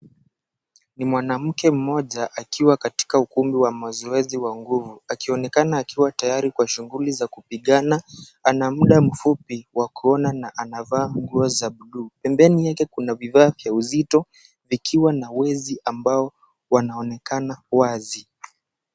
Ni mwanamke mmoja akiwa katika ukumbi wa mazoezi wa nguvu akionekana akiwa tayari kwa shughuli za kupigana. Ana muda mfupi wa kuona na anavaa nguo za buluu. Pembeni yake kuna vifaa za uzito, vikiwa na wezi ambao wanaonekana wazi.